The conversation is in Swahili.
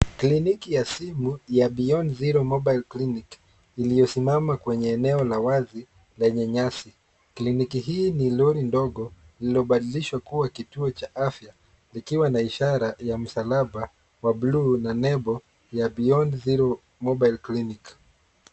Kliniki ya simu ya Beyond zero mobile clinic iliyosimama kwenye eneo la wazi lenye nyasi. Kliniki hii ni lori dogo lililobadilishwa kuwa kituo cha afya kikiwa na ishara ya msalaba wa buluu na nebo ya Beyond zero mobile clinic.